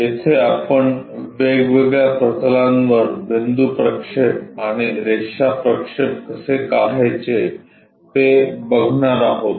येथे आपण वेगवेगळ्या प्रतलांवर बिंदू प्रक्षेप आणि रेषा प्रक्षेप कसे काढायचे ते बघणार आहोत